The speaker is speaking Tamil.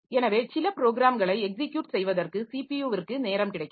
எனவே சில ப்ரோக்ராம்களை எக்ஸிக்யுட் செய்வதற்கு ஸிபியுவிற்கு நேரம் கிடைக்கிறது